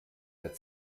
der